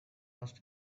must